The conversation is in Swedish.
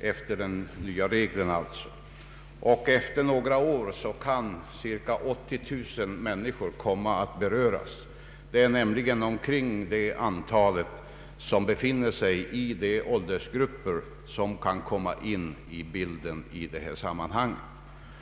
efter de nya reglerna. Efter några år kan cirka 80000 människor komma att beröras. Det är nämligen ungefär det antalet som befinner sig i de åldersgrupper som kan komma in i bilden i detta sammanhang.